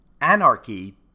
Anarchy